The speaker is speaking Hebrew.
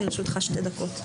לרשותך שתי דקות.